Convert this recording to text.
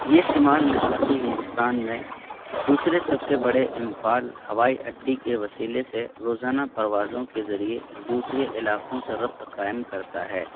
یہ شمال مشرقی ہندوستان میں دوسرے سب سے بڑے امفال ہوائی اڈے کے وسیلے سے روزانہ پروازوں کے ذریعے دوسرے علاقوں سے ربط قائم کرتا ہے